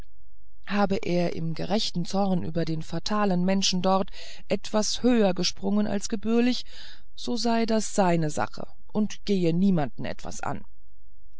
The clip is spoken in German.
habe er im gerechten zorn über den fatalen menschen dort etwas höher gesprungen als gebührlich so sei das seine sache und gehe niemanden etwas an